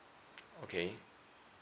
okay